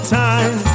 time